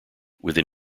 within